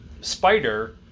Spider